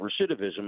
recidivism